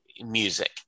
music